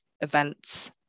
events